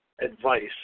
advice